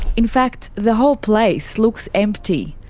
in fact the whole place looked empty,